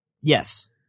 yes